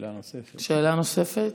שאלה נוספת.